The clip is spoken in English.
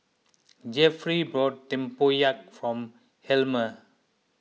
Jefferey bought Tempoyak for Helmer